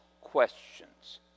questions